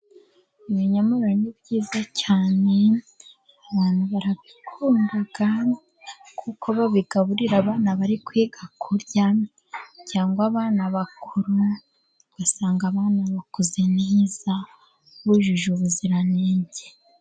Ibinyomoro ni byiza cyane. Abantu barabikunda kuko babigaburira abana bari kwiga kurya, cyangwa abana bakuru. Ugasanga abana bakuze neza bujuje ubuziranenge.